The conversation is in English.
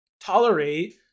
Tolerate